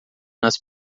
nas